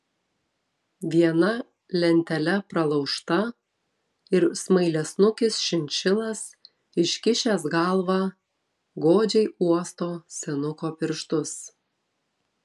viena lentele pralaužta ir smailiasnukis šinšilas iškišęs galvą godžiai uosto senuko pirštus